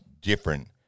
different